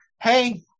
hey